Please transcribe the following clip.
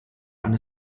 eine